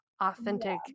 authentic